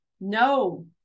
no